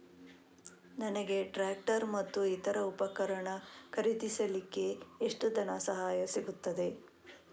ನನಗೆ ಟ್ರ್ಯಾಕ್ಟರ್ ಮತ್ತು ಇತರ ಉಪಕರಣ ಖರೀದಿಸಲಿಕ್ಕೆ ಎಷ್ಟು ಧನಸಹಾಯ ಸಿಗುತ್ತದೆ?